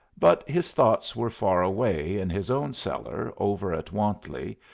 but his thoughts were far away in his own cellar over at wantley,